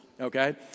Okay